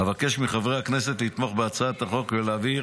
אבקש מחברי הכנסת לתמוך בהצעת החוק ולהעביר